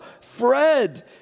Fred